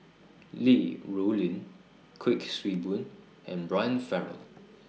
Li Rulin Kuik Swee Boon and Brian Farrell